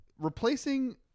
replacing